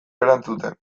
erantzuten